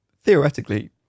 theoretically